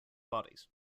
bodies